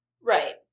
Right